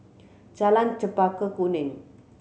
Jalan Chempaka Kuning